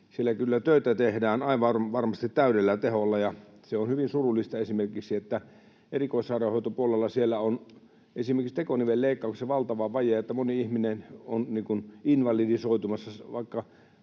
Siellä kyllä töitä tehdään aivan varmasti täydellä teholla, ja on hyvin surullista, että erikoissairaanhoitopuolella siellä on esimerkiksi tekonivelleikkauksissa valtava vaje, niin että moni ihminen on invalidisoitumassa, vaikka